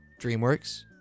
DreamWorks